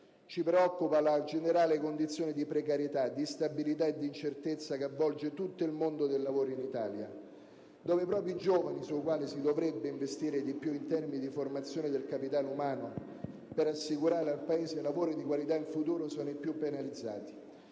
ci preoccupa anche la generale condizione di precarietà, di instabilità e di incertezza che avvolge tutto il mondo del lavoro in Italia, dove proprio i giovani, sui quali si dovrebbe investire di più in termini di formazione del capitale umano per assicurare al Paese lavoro di qualità in futuro, sono i più penalizzati,